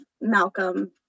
Malcolm